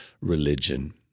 religion